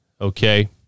okay